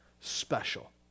special